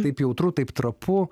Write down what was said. taip jautru taip trapu